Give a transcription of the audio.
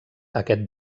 aquest